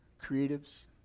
creatives